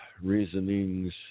reasonings